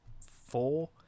four